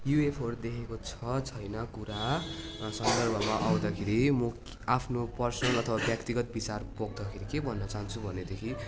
युएफओहरू देखेको छ छैन कुरा सन्दर्भमा आउँदाखेरि म आफ्नो पर्सनल अथवा व्यक्तिगत विचार पोख्दाखेरि म के भन्न चहान्छु भनेदेखि